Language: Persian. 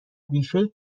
بیشهای